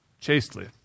chastely